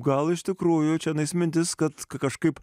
gal iš tikrųjų čionais mintis kad kažkaip